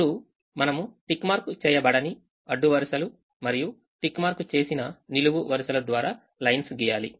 ఇప్పుడు మనము tick mark చేయబడని అడ్డు వరుసలు మరియు టిక్ మార్క్ చేసిన నిలువు వరుసలు ద్వారాలైన్స్ గీయాలి